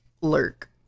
lurk